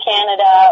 Canada